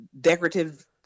decorative